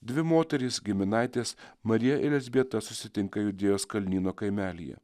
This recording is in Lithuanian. dvi moterys giminaitės marija ir elzbieta susitinka judėjos kalnyno kaimelyje